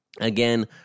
again